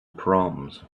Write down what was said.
proms